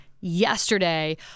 yesterday